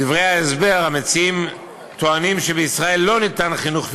בדברי ההסבר המציעים טוענים ש"בישראל לא ניתן חינוך פיננסי,